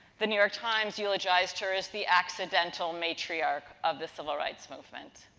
the new york times eulogized her as the accidental matriarch of the civil rights movement.